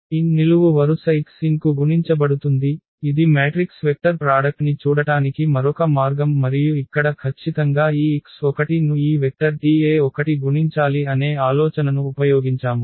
N నిలువు వరుస xn కు గుణించబడుతుంది ఇది మ్యాట్రిక్స్ వెక్టర్ ప్రాడక్ట్ని చూడటానికి మరొక మార్గం మరియు ఇక్కడ ఖచ్చితంగా ఈ x1 ను ఈ వెక్టర్ Te1 గుణించాలి అనే ఆలోచనను ఉపయోగించాము